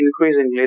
increasingly